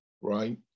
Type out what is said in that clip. Right